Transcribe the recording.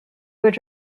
would